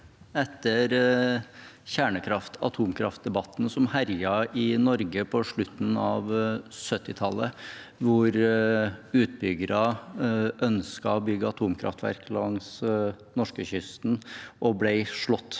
etter kjernekraft-/atomkraftdebatten som herjet i Norge på slutten av 1970-tallet, hvor utbyggere ønsket å bygge atomkraftverk langs norskekysten og ble slått